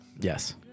Yes